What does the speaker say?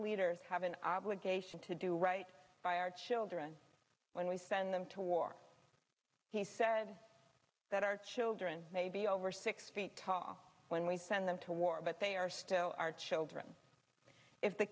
leaders have an obligation to do right by our children when we send them to war he said that our children may be over six feet tall when we send them to war but they are still our children if the